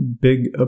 big